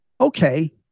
Okay